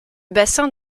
bassin